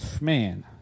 man